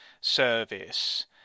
service